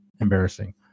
embarrassing